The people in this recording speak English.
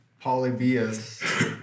Polybius